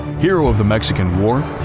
hero of the mexican war,